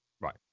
Right